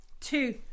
Two